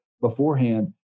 beforehand